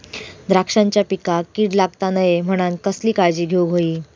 द्राक्षांच्या पिकांक कीड लागता नये म्हणान कसली काळजी घेऊक होई?